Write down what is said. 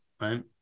Right